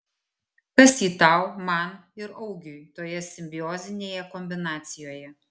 kas ji tau man ir augiui toje simbiozinėje kombinacijoje